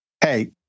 Hey